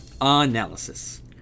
Analysis